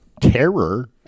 terror—